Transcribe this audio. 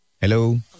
Hello